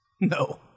no